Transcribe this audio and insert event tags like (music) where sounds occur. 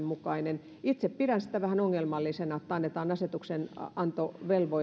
(unintelligible) mukainen itse pidän sitä vähän ongelmallisena että annetaan asetuksenanto